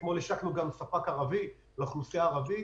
ואתמול השקנו גם לספק ערבי לטובת האוכלוסייה הערבית,